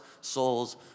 souls